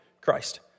Christ